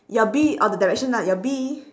your bee of the direction ah your bee